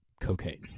cocaine